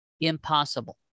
impossible